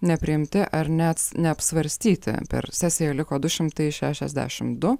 nepriimti ar net neapsvarstyti per sesiją liko du šimtai šešiasdešimt du